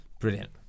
brilliant